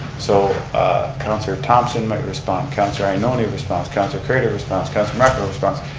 so councilor thomson might respond, councilor ioannoni responds, councilor craitor responds, councilor morocco responds.